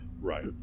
Right